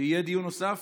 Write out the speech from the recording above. שיהיה דיון נוסף.